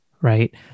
right